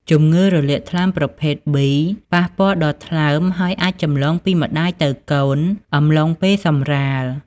ជំងឺរលាកថ្លើមប្រភេទ B ប៉ះពាល់ដល់ថ្លើម ហើយអាចចម្លងពីម្តាយទៅកូនអំឡុងពេលសម្រាល។